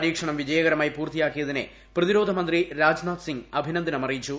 പരീക്ഷണം വിജയകരമായി പൂർത്തിയാക്കിയതിനെ പ്രതിരോധമന്ത്രി രാജ് നാഥ് സിങ് അഭിനന്ദനമറിയിച്ചു